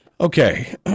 Okay